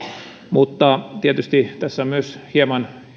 mutta tietysti tässä on myös hieman